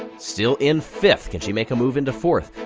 still in fifth. can she make a move into fourth?